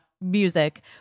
music